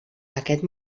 aquest